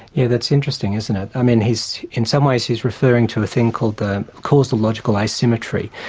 yeah that's interesting, isn't it? i mean, he's, in some ways, he's referring to a thing called the causalogical asymmetry.